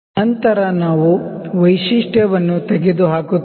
ನಂತರ ನಾವು ವೈಶಿಷ್ಟ್ಯವನ್ನು ತೆಗೆದುಹಾಕುತ್ತೇವೆ